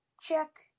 check